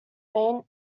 main